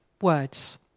words